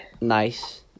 Nice